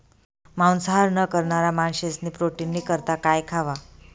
मांसाहार न करणारा माणशेस्नी प्रोटीननी करता काय खावा